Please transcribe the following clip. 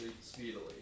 speedily